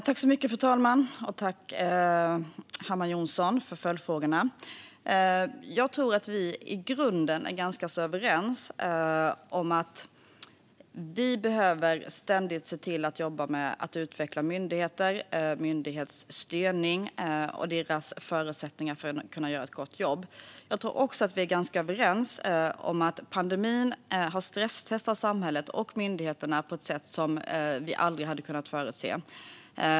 Fru talman! Tack, Ann-Charlotte Hammar Johnsson, för följdfrågorna! Jag tror att vi i grunden är ganska överens. Vi behöver ständigt se till att jobba med att utveckla myndigheter, myndighetsstyrning och myndigheternas förutsättningar att göra ett gott jobb. Jag tror också att vi är ganska överens om att pandemin har stresstestat samhället och myndigheterna på ett sätt som vi aldrig hade kunnat förutse.